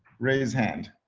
raise hand.